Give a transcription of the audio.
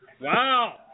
Wow